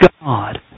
God